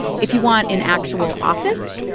if you want an actual office,